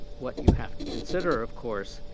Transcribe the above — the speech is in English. what you have to consider, of course,